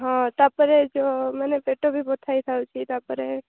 ହଁ ତା'ପରେ ଯେଉଁ ମାନେ ପେଟ ବି ବଥା ହେଇଥାଉଛି ତା'ପରେ